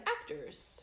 actors